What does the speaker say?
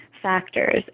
factors